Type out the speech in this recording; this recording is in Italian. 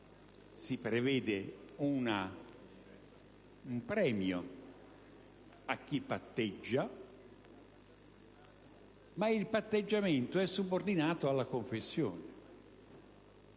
si prevede un premio a chi patteggia, ma il patteggiamento è subordinato alla confessione,